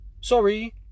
Sorry